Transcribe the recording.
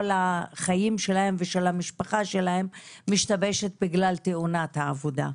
החיים שלהם ושל המשפחה שלהם משתבשת בגלל תאונת העבודה.